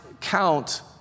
count